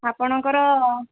ଆପଣଙ୍କର